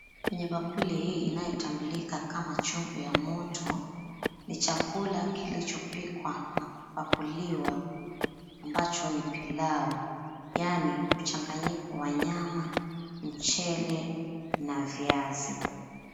Kwenye bakuli hii inayotambulika kama chungu ya moto, ni chakula kilichopikwa na kupakuliwa ambacho ni pilau, yaani mchanganyiko wa nyama, mchele na viazi.